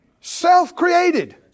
self-created